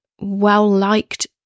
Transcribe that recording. well-liked